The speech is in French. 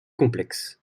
complexes